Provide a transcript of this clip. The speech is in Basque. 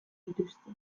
dituzte